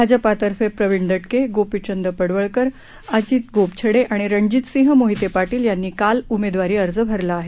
भाजपा तर्फे प्रविण दटके गोपीचंद पडळकर अजित गोपछडे आणि रणजितसिंह मोहिते पाटील यांनी काल उमेदवारी अर्ज भरला आहे